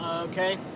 okay